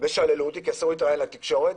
ואסור להתראיין לתקשורת.